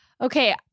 Okay